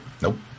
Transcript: Nope